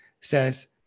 says